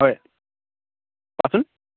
হয় কোৱাচোন